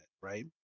right